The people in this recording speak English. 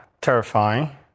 Terrifying